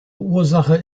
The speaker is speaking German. ursache